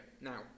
Now